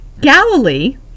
Galilee